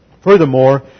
Furthermore